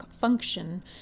function